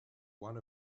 one